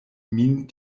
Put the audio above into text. min